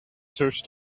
search